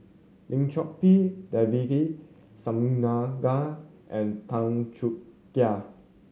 Lim Chor Pee Devagi Sanmugam and Tan Choo Kai